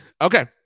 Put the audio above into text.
Okay